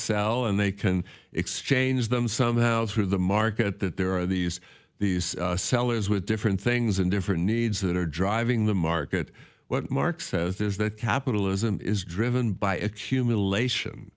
sell and they can exchange them somehow through the market that there are these these sellers with different things and different needs that are driving the market what mark says is that capitalism is driven by accumulation